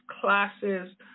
classes